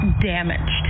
damaged